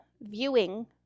viewing